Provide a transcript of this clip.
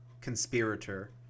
conspirator